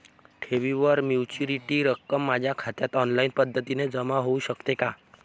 ठेवीवरील मॅच्युरिटीची रक्कम माझ्या खात्यात ऑनलाईन पद्धतीने जमा होऊ शकते का?